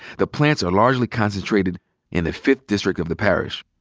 the plants are largely concentrated in the fifth district of the parish,